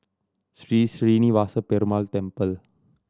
Sri Srinivasa Perumal Temple